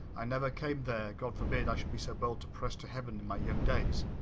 i never came there. god forbid i should be so bold to press to heaven in my young days.